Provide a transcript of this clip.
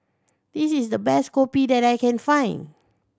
this is the best kopi that I can find